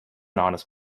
honest